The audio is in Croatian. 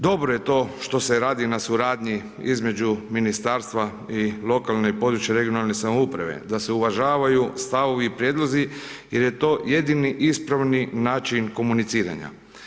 Dobro je to što se radi na suradnji između ministarstva i lokalne i područne (regionalne) samouprave, da se uvažavaju stavovi i prijedlozi jer je to jedini ispravni način komuniciranja.